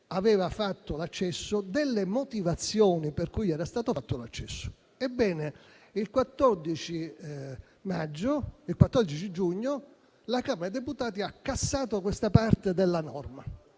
aveva fatto l'accesso e delle motivazioni per cui era stato fatto l'accesso stesso. Ebbene, il 14 giugno la Camera dei deputati ha cassato questa parte della norma